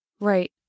Right